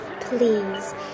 Please